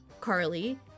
Carly